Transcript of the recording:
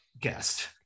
guest